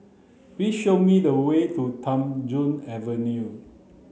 please show me the way to Tham Soong Avenue